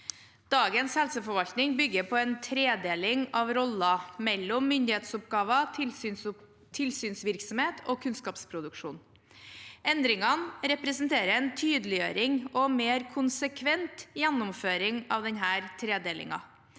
Dagens helseforvaltning bygger på en tredeling av roller mellom myndighetsoppgaver, tilsynsvirksomhet og kunnskapsproduksjon. Endringene representerer en tydeliggjøring og mer konsekvent gjennomføring av denne tredelingen.